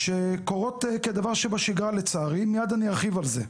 שקורות כדבר שבשגרה לצערי, ומיד אני ארחיב על זה.